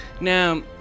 Now